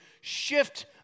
shift